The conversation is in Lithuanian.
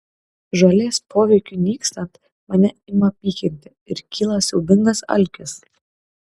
žolės poveikiui nykstant mane ima pykinti ir kyla siaubingas alkis